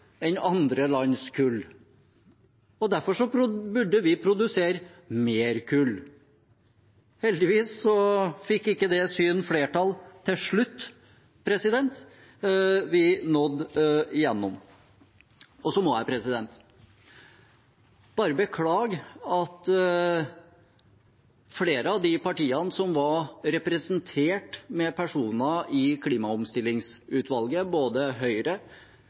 enn andre lands kull, og at vi derfor burde produsere mer kull. Heldigvis fikk ikke det synet flertall til slutt. Vi nådde gjennom. Så må jeg bare beklage at flere av de partiene som var representert med personer i klimaomstillingsutvalget, både Høyre,